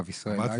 הרב ישראל אייכלר.